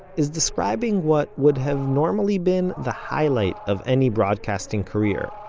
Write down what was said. is describing what would have normally been the highlight of any broadcasting career.